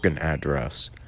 address